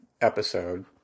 episode